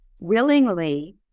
willingly